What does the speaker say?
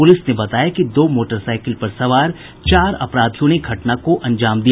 police ने बताया कि दो मोटरसाईकिल पर सवार चार अपराधियों ने घटना को अंजाम दिया